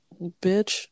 bitch